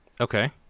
Okay